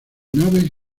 naves